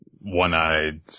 One-eyed